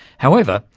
however,